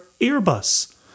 Airbus